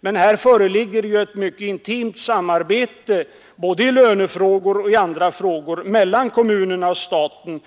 Men det föreligger ett mycket intimt samarbete både i lönefrågor och i andra frågor mellan kommunerna och staten.